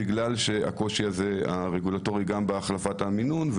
בגלל הקושי הרגולטורי גם בהחלפת המינון,